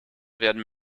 werden